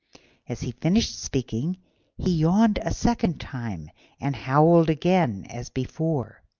as he finished speaking he yawned a second time and howled again as before.